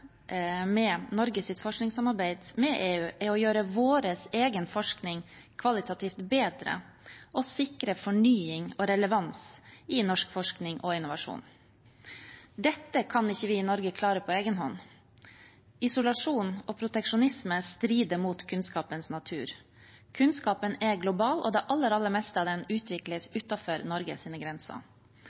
med Norges forskningssamarbeid med EU er å gjøre vår egen forskning kvalitativ bedre og sikre fornying og relevans i norsk forskning og innovasjon. Dette kan ikke vi i Norge klare på egen hånd. Isolasjon og proteksjonisme strider mot kunnskapens natur. Kunnskapen er global, og det aller, aller meste av den utvikles utenfor Norges grenser.